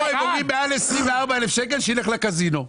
לא, הם אומרים מעל 24,000 שקלים שילך לקזינו.